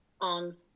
on